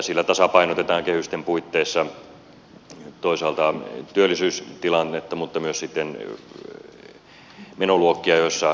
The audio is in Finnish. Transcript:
sillä tasapainotetaan kehysten puitteissa toisaalta työllisyystilannetta mutta myös sitten menoluokkia joissa rahat eivät riitä